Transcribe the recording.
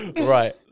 Right